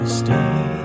stay